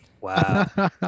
Wow